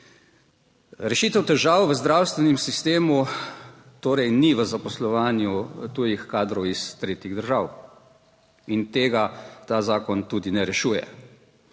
Rešitev težav v zdravstvenem sistemu torej ni v zaposlovanju tujih kadrov iz tretjih držav in tega ta zakon tudi ne rešuje